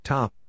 Top